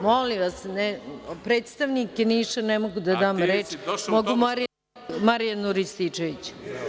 Molim vas, predstavniku Niša ne mogu da dam reč, ali mogu Marijanu Rističeviću.